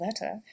letter